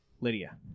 Lydia